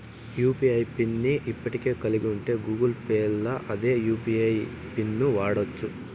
UPI PIN ని ఇప్పటికే కలిగుంటే గూగుల్ పేల్ల అదే యూ.పి.ఐ పిన్ను వాడచ్చు